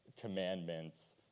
commandments